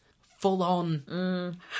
full-on